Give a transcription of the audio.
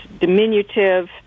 diminutive